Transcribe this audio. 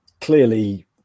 clearly